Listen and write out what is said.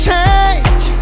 Change